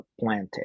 planted